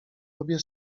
obie